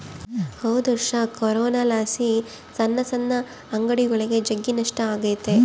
ಹೊದೊರ್ಷ ಕೊರೋನಲಾಸಿ ಸಣ್ ಸಣ್ ಅಂಗಡಿಗುಳಿಗೆ ಜಗ್ಗಿ ನಷ್ಟ ಆಗೆತೆ